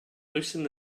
loosened